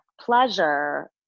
pleasure